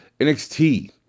NXT